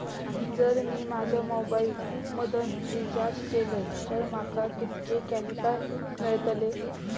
जर मी माझ्या मोबाईल मधन रिचार्ज केलय तर माका कितके कॅशबॅक मेळतले?